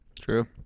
True